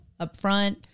upfront